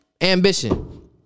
ambition